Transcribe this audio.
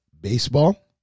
baseball